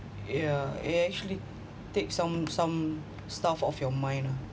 yeah actually take some some stuff of your mind